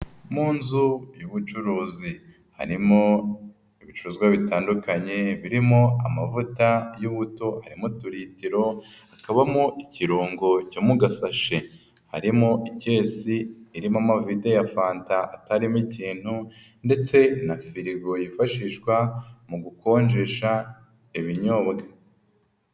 Mu nzu y'ubucuruzi harimo ibicuruzwa bitandukanye birimo amavuta y'ubuto, harimo uturitiro, hakabamo ikirungo cyo mu gasashi, harimo ikesi irimo amavide ya fanta atarimo ikintu ndetse na firigo yifashishwa mu gukonjesha ibinyobwa.